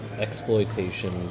exploitation